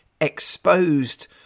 exposed